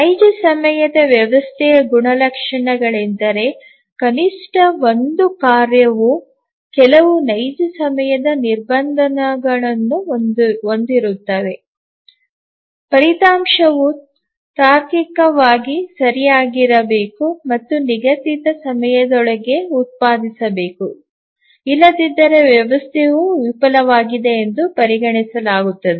ನೈಜ ಸಮಯ ವ್ಯವಸ್ಥೆಯ ಗುಣಲಕ್ಷಣಗಳೆಂದರೆ ಕನಿಷ್ಠ ಒಂದು ಕಾರ್ಯವು ಕೆಲವು ನೈಜ ಸಮಯದ ನಿರ್ಬಂಧಗಳನ್ನು ಹೊಂದಿರುತ್ತದೆ ಫಲಿತಾಂಶವು ತಾರ್ಕಿಕವಾಗಿ ಸರಿಯಾಗಿರಬೇಕು ಮತ್ತು ನಿಗದಿತ ಸಮಯದೊಳಗೆ ಉತ್ಪಾದಿಸಬೇಕು ಇಲ್ಲದಿದ್ದರೆ ವ್ಯವಸ್ಥೆಯು ವಿಫಲವಾಗಿದೆ ಎಂದು ಪರಿಗಣಿಸಲಾಗುತ್ತದೆ